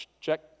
check